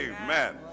amen